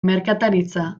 merkataritza